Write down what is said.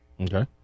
Okay